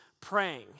praying